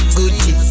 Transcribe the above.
Gucci